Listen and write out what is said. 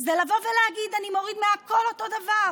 כבוד היושב-ראש, כנסת נכבדה,